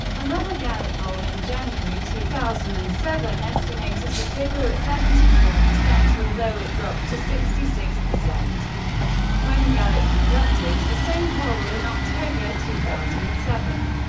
another gallup poll in january two thousand and seven estimated the figure at seventy four, although it dropped to sixty six percent when gallup conducted the same poll in october two thousand and seven.